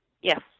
Yes